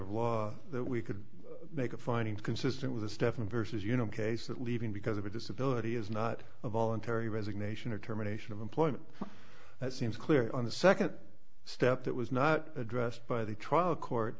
of law that we could make a finding consistent with the stuff in versus you know case that leaving because of a disability is not a voluntary resignation or terminations of employment that seems clear on the second step that was not addressed by the trial court